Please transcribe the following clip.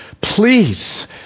Please